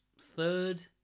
third